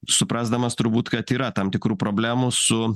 suprasdamas turbūt kad yra tam tikrų problemų su